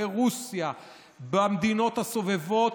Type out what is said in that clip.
ברוסיה ובמדינות הסובבות,